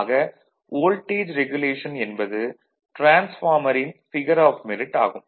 ஆக voltage regulation என்பது டிரான்ஸ்பார்மரின் ஃபிகர் ஆஃப் மெரிட் ஆகும்